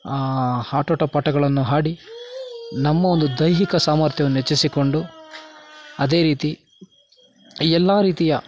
ಆಟೋಟ ಪಾಠಗಳನ್ನು ಆಡಿ ನಮ್ಮ ಒಂದು ದೈಹಿಕ ಸಾಮಾರ್ಥ್ಯವನ್ನು ಹೆಚ್ಚಿಸಿಕೊಂಡು ಅದೇ ರೀತಿ ಎಲ್ಲ ರೀತಿಯ